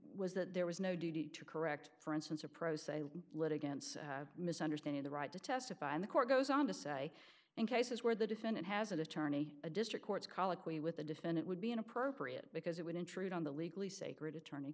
was that there was no duty to correct for instance a pro se litigants misunderstanding the right to testify in the court goes on to say in cases where the defendant has an attorney a district courts colloquy with the defendant would be inappropriate because it would intrude on the legally sacred attorney